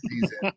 season